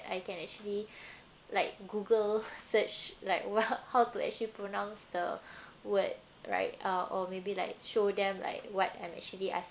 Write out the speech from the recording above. I can actually like google search like well how to actually pronounce the word right uh or maybe like show them like what I'm actually asking